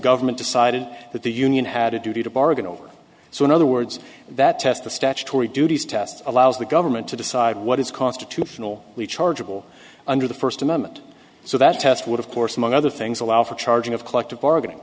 government decided that the union had a duty to bargain over so in other words that test the statutory duties test allows the government to decide what is constitutional we chargeable under the first amendment so that test would of course among other things allow for charging of collective bargaining